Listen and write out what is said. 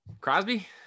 Crosby